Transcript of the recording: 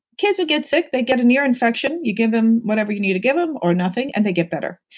kids would get sick, they'd get an ear infection, you give them whatever you need to give them or nothing and they get better.